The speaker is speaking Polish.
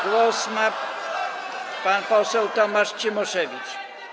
Głos ma pan poseł Tomasz Cimoszewicz.